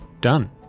Done